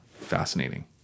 fascinating